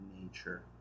nature